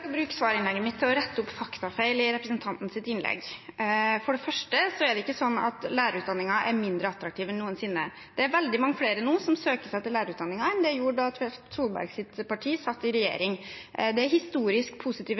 bruke svaret mitt til å rette opp faktafeil i representantens innlegg. For det første er det ikke sånn at lærerutdanningen er mindre attraktiv enn noensinne. Det er veldig mange flere som nå søker seg til lærerutdanningen enn da Solbergs parti satt i regjering. Det er historisk positive